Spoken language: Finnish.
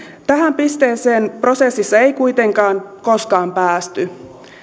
tähän pisteeseen prosessissa ei kuitenkaan koskaan päästy